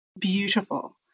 beautiful